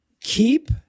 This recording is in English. keep